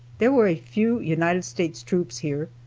there were a few united states troops here.